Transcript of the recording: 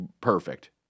perfect